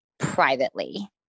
privately